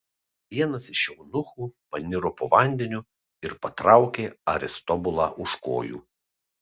vienas iš eunuchų paniro po vandeniu ir patraukė aristobulą už kojų